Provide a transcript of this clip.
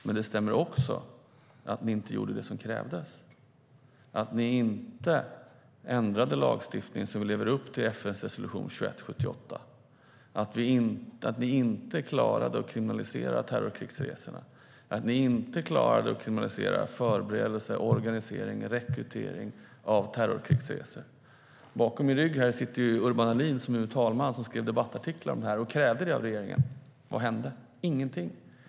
Men det stämmer också att ni inte gjorde det som krävdes, att ni inte ändrade lagstiftningen så att vi lever upp till FN:s resolution 2178, att ni inte klarade att kriminalisera terrorkrigsresorna och att ni inte klarade att kriminalisera förberedelse för, organisering av och rekrytering till terrorkrigsresor. Bakom min rygg sitter Urban Ahlin, som nu är talman, som skrev debattartiklar om det här och krävde detta av regeringen. Vad hände? Ingenting.